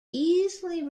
easily